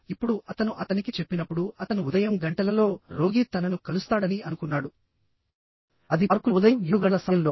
ఇప్పుడు అతను అతనికి చెప్పినప్పుడు అతను ఉదయం గంటలలో రోగి తనను కలుస్తాడని అనుకున్నాడు అది పార్కులో ఉదయం 7 గంటల సమయంలో